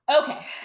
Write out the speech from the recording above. okay